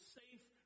safe